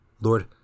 Lord